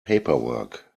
paperwork